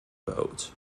boat